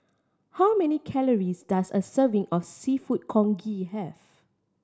how many calories does a serving of Seafood Congee have